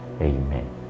Amen